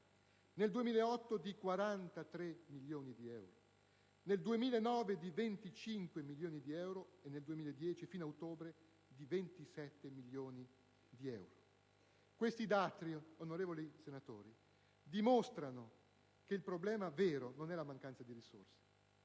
nel 2008, a 43 milioni di euro; nel 2009, a 25 milioni di euro; nel 2010, fino ad ottobre, a 27 milioni di euro. Questi dati, onorevoli senatori, dimostrano che il problema vero non è la mancanza di fondi,